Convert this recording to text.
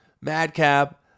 Madcap